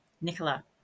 Nicola